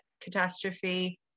catastrophe